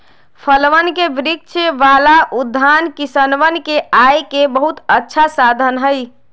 फलवन के वृक्ष वाला उद्यान किसनवन के आय के बहुत अच्छा साधन हई